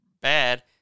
bad